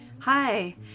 Hi